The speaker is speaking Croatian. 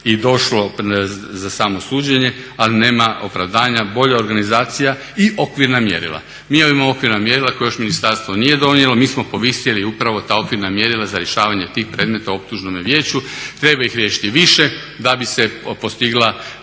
i došlo za samo suđenje, ali nema opravdanja, bolja organizacija i okvirna mjerila. Mjerimo okvirna mjerila koje još ministarstvo nije donijelo, mi smo povisili upravo ta okvirna mjerila za rješavanje tih predmeta u optužnome vijeću. Treba ih riješiti više da bi se postigao